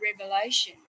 Revelation